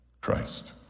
Christ